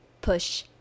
push